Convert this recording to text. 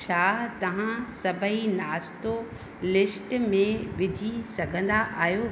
छा तव्हां सभई नाश्तो लिस्ट में विझी सघंदा आहियो